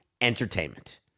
entertainment